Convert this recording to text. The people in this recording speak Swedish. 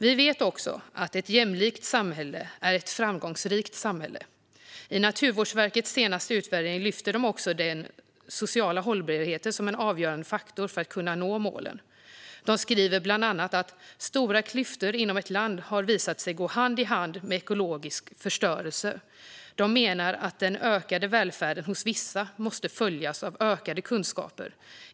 Vi vet också att ett jämlikt samhälle är ett framgångsrikt samhälle. I Naturvårdsverkets senaste utvärdering lyfter de den sociala hållbarheten som en avgörande faktor för att kunna nå målen. De skriver bland annat att "stora klyftor inom ett land har visat sig gå hand i hand med ekologisk förstörelse". De menar att den ökade välfärden hos vissa måste följas av ökade kunskaper.